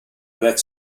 black